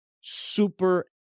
super